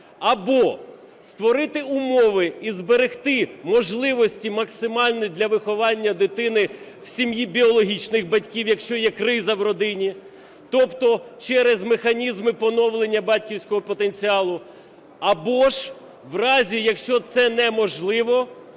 або створити умови і зберегти можливості максимальні для виховання дитини в сім'ї біологічних батьків. Якщо є криза в родині, тобто через механізми поновлення батьківського потенціалу, або ж в разі, якщо це неможливо,